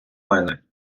мене